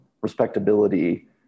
respectability